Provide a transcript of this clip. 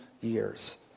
years